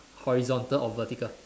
horizontal or vertical